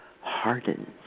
hardens